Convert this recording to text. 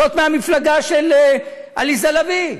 זאת מהמפלגה של עליזה לביא,